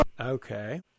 Okay